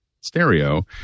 stereo